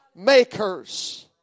Makers